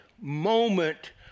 moment